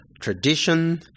tradition